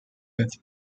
with